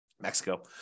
Mexico